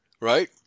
right